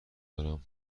دارم